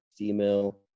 email